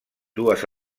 dues